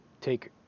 take